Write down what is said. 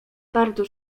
bardzo